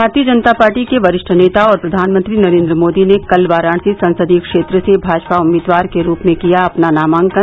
भारतीय जनता पार्टी के वरिष्ठ नेता और प्रधानमंत्री नरेन्द्र मोदी ने कल वाराणसी संसदीय क्षेत्र से भाजपा उम्मीदवार के रूप में किया अपना नामांकन